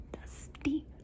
dusty